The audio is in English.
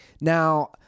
Now